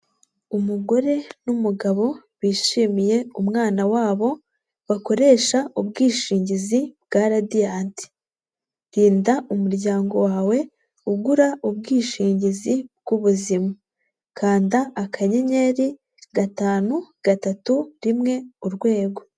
Umugore n'umugabo bishimiye umwana wabo, bakoresha ubwishingizi bwa Radiyanti. Rinda umuryango wawe ugura ubwishingizi bw'ubuzima. Kanda akanyenyeri gatanu, gatatu, rimwe, urwego.